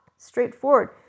straightforward